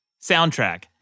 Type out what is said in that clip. soundtrack